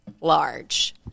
large